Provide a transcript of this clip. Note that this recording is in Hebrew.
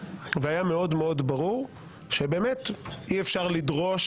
והיה ברור מאוד שבאמת אי אפשר לדרוש